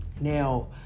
now